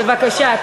בבקשה.